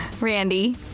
Randy